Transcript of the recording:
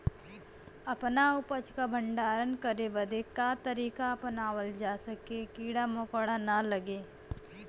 अपना उपज क भंडारन करे बदे का तरीका अपनावल जा जेसे कीड़ा मकोड़ा न लगें?